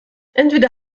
entweder